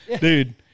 Dude